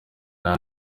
nta